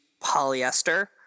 polyester